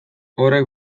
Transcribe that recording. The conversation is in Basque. horrek